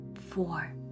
four